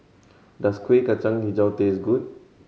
does Kuih Kacang Hijau taste good